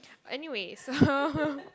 anyway so